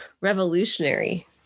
revolutionary